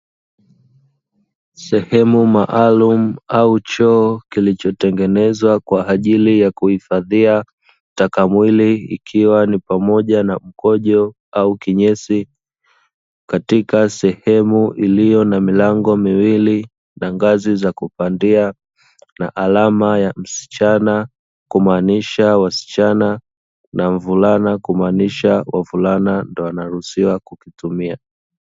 Sehemu maalumu au choo kilichotengenezwa kwaajili ya kuhifadhia taka mwili, ikiwa ni pamoja na mkojo au kinyesi katika sehemu iliyo na milango miwili, na ngazi za kupandia na alama ya msichana kumaanisha wasichana na mvulana kumaanisha wavulana ndio wanaruhusiwa kukitumia .